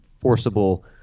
forcible